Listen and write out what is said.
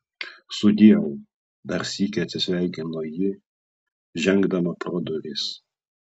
sudieu dar sykį atsisveikino ji žengdama pro duris